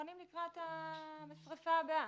שמוכנים לקראת השריפה הבאה.